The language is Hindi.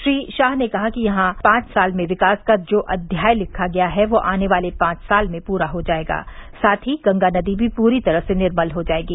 श्री शाह ने कहा कि यहां पर पांच साल में विकास का जो अध्याय लिखा गया है वह आने वाले पांच साल में पूरा हो जायेगा साथ ही गंगा नदी भी पूरी तरह से निर्मल हो जायेगी